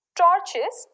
torches